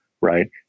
right